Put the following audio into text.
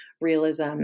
realism